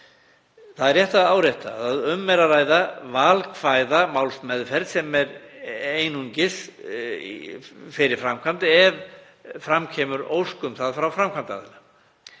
Það er rétt að árétta að um er að ræða valkvæða málsmeðferð sem fer einungis í framkvæmd ef fram kemur ósk um það frá framkvæmdaraðila.